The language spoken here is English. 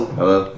Hello